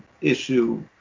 issue